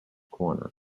corner